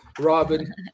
Robin